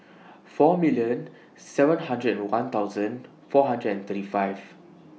four million seven hundred and one thousand four hundred and thirty five